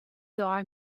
dei